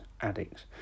addicts